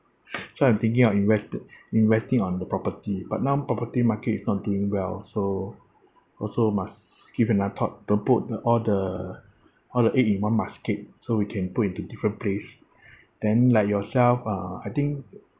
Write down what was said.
so I'm thinking of invest~ investing on the property but now property market is not doing well so also must give another thought don't put all the all the egg in one basket so we can put into different place then like yourself uh I think